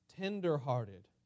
tenderhearted